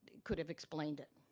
could have explained it.